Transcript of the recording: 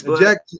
Jack